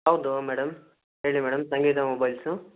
ಹೌದು ಮೇಡಮ್ ಹೇಳಿ madam Sangeetha mobiles